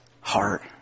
heart